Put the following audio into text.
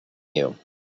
you